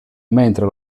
mentre